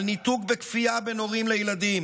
על ניתוק בכפייה בין הורים לילדים